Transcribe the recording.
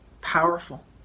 powerful